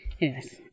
Yes